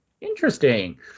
Interesting